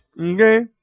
Okay